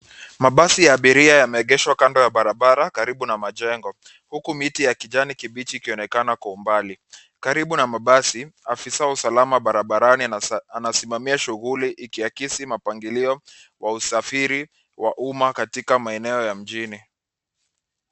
Mabasi ya abiria yameegeshwa kando ya barabara karibu na majengo, huku miti ya kijani kibichi ikionekana kwa umbali. Karibu na mabasi aafisa wa usalama barabarani anasimamia shughuli, ikiakisi mapangilio wa usafiri wa umma katika maeneo ya mjini.